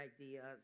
ideas